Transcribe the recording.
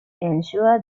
ensure